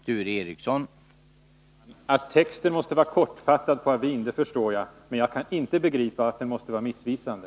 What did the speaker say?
Herr talman! Att texten på avin måste vara kortfattad förstår jag, men jag kan inte begripa att den måste vara missvisande.